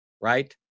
right